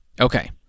Okay